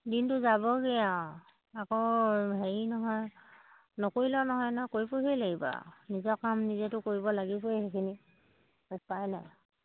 দিনটো যাবগৈ আৰু আকৌ হেৰি নহয় নকৰিলেও নহয় নহয় কৰিবগেই লাগিব আৰু নিজৰ কাম নিজেতো কৰিব লাগিবই সেইখিনি উপায় নাই